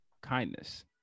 kindness